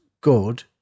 good